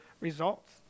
results